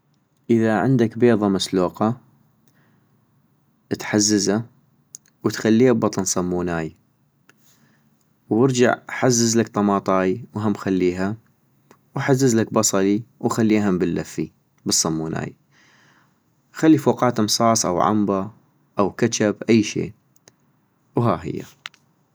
اذا عندك بيضة مسلوقة، تحززا وتخليها ابطن صموناي ،- وارجع حززلك طماطاي وهم خليها ، وحززلك بصلي وخليها هم باللفي بالصموناي، خلي فوقاتم صاص او عنبا او كتجب اي شي، وهاهي